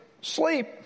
sleep